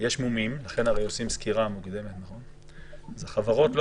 יש מומים, ולכן עושים סקירה מוקדמת, אז חברות לא